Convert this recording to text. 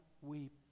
weep